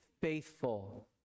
faithful